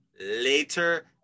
later